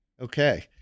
Okay